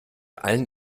allen